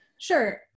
Sure